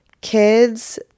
kids